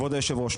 כבוד היושב-ראש,